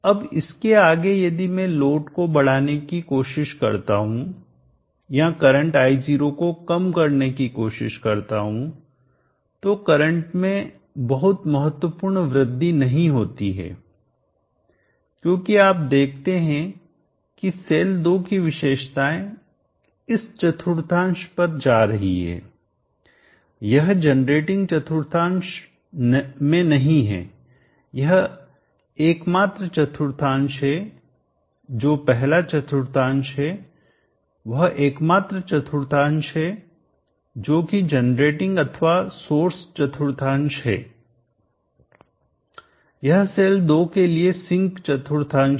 अब इसके आगे यदि मैं लोड को बढ़ाने की कोशिश करता हूं या करंट I0 को कम करने की कोशिश करता हूं तो करंट में बहुत महत्वपूर्ण वृद्धि नहीं होती है क्योंकि आप देखते हैं कि सेल 2 की विशेषताएं इस चतुर्थांश पर जा रही है यह जनरेटिंग चतुर्थांश में नहीं है यह एकमात्र चतुर्थांश है जो पहला चतुर्थांश है वह एकमात्र चतुर्थांश है जो कि जनरेटिंग अथवा सोर्स चतुर्थांश है यह सेल 2 के लिए सिंक चतुर्थांश है